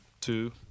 two